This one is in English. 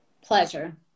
pleasure